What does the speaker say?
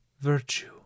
virtue